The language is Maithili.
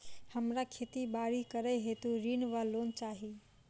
हमरा खेती बाड़ी करै हेतु ऋण वा लोन चाहि?